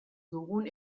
dugun